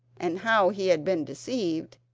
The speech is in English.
and how he had been deceived,